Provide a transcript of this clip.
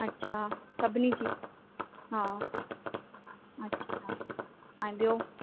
अच्छा सभिनी जी हा अच्छा ऐं ॿियो